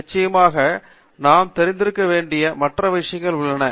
நிச்சயமாக நாம் தெரிந்திருக்க வேண்டிய மற்ற விஷயங்கள் உள்ளன